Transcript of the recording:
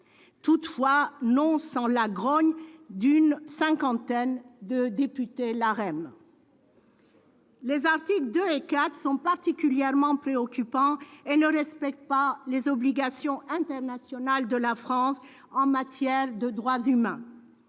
ne se fera pas sans la grogne d'une cinquantaine de députés LaREM. Les articles 2 et 4 sont particulièrement préoccupants et ne respectent pas les obligations internationales de la France en matière de droits humains.